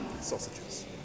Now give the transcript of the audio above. sausages